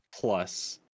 Plus